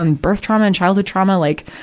and birth trauma and childhood trauma, like,